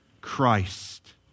Christ